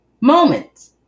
moments